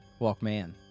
Walkman